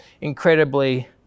incredibly